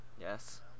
Yes